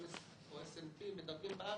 או S&P מדרגים בארץ,